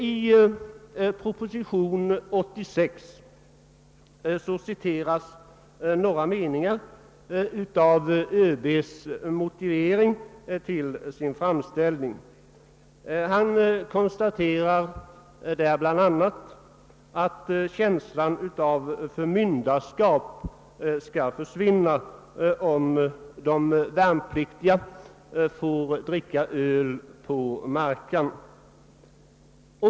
I propositionen citeras några meningar i ÖB:s motivering för framställningen. Han uttalar där bl.a. att känslan av förmyndarskap skulle försvinna, om de värnpliktiga finge dricka mellanöl på »markan».